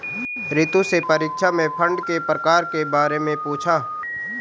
रितु से परीक्षा में फंड के प्रकार के बारे में पूछा